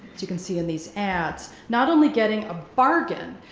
you can see in these ads, not only getting a bargain,